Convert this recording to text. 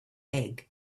egg